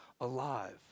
alive